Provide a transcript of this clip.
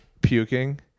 puking